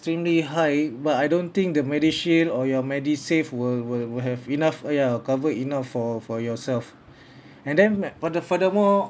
extremely high but I don't think the MediShield or your MediSave will will will have enough ya covered enough for for yourself and then for the furthermore